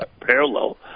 parallel